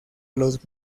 los